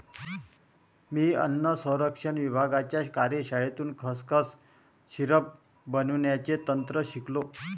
मी अन्न संरक्षण विभागाच्या कार्यशाळेतून खसखस सिरप बनवण्याचे तंत्र शिकलो